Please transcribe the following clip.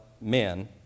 men